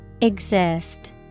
Exist